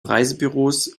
reisebüros